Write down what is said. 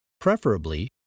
preferably